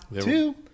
two